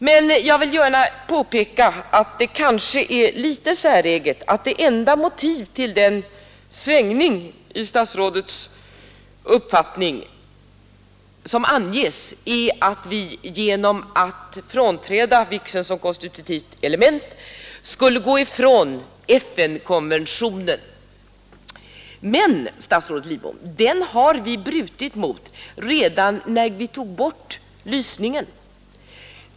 Men jag vill gärna påpeka att det kanske är litet säreget att det enda motiv som anges till svängningen i statsrådets uppfattning är att vi — genom att frånträda vigseln som konstitutivt element — skulle gå från FN-konventionen. Men, statsrådet Lidbom, den har vi brutit mot redan när vi tagit bort lysningen.